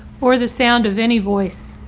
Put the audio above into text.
or the sound of any voice,